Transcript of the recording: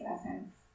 essence